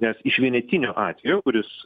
nes iš vienetinio atvejo kuris